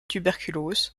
tuberculose